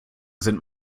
sind